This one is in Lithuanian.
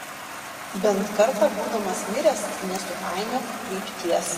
bent kartą būdamas miręs nesupainiok krypties